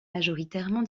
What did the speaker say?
majoritairement